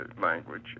language